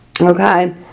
Okay